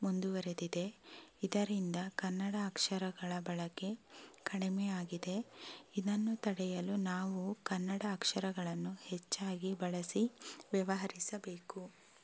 ಮುಂದುವರೆದಿದೆ ಇದರಿಂದ ಕನ್ನಡ ಅಕ್ಷರಗಳ ಬಳಕೆ ಕಡಿಮೆ ಆಗಿದೆ ಇದನ್ನು ತಡೆಯಲು ನಾವು ಕನ್ನಡ ಅಕ್ಷರಗಳನ್ನು ಹೆಚ್ಚಾಗಿ ಬಳಸಿ ವ್ಯವಹರಿಸಬೇಕು